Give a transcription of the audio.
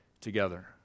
together